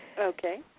Okay